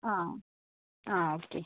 ആ ആ ഓക്കേ